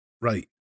Right